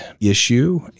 issue